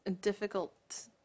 difficult